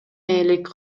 ээлик